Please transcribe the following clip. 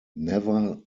nevertheless